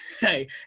Hey